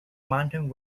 mountain